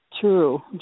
True